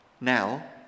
now